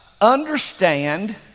understand